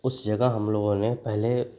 उस जगह हमलोगों ने पहले